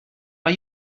are